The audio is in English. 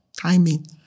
timing